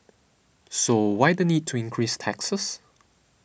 so why the need to increase taxes